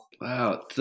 Wow